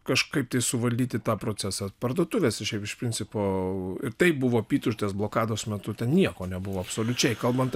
kažkaip tai suvaldyti tą procesą parduotuvės šiaip iš principo tai buvo apytuštės blokados metu ten nieko nebuvo absoliučiai kalbant